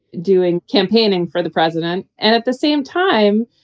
doing campaigning for the president and at the same time,